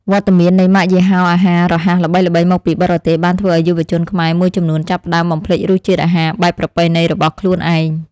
វត្តមាននៃម៉ាកយីហោអាហាររហ័សល្បីៗមកពីបរទេសបានធ្វើឲ្យយុវជនខ្មែរមួយចំនួនចាប់ផ្តើមបំភ្លេចរសជាតិអាហារបែបប្រពៃណីរបស់ខ្លួនឯង។